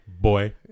Boy